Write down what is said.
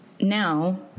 now